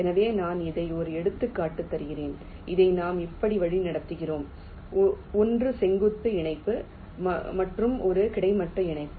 எனவே நான் இதை ஒரு எடுத்துக்காட்டு தருகிறேன் இதை நாம் இப்படி வழிநடத்துகிறோம் ஒன்று செங்குத்து இணைப்பு மற்றும் ஒரு கிடைமட்ட இணைப்பு